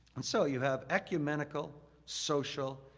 and so, you have ecumenical, social,